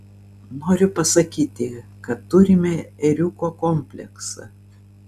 noriu pasakyti kad turime ėriuko kompleksą